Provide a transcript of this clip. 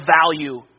value